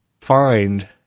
find